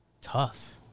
Tough